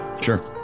Sure